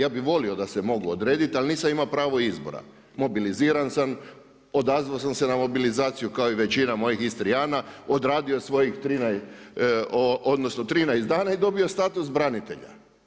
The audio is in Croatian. Ja bi volio da se mogu odrediti ali nisam imao pravo izbora, mobiliziran sam odazvao sam se na mobilizaciju kao i većina mojih Istrijana, odradio svojih 13 dana i dobio status branitelja.